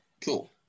cool